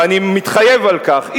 ואני מתחייב על כך,